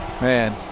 Man